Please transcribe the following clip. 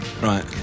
Right